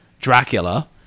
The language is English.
Dracula